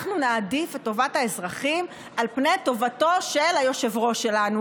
אנחנו נעדיף את טובת האזרחים על פני טובתו של היושב-ראש שלנו,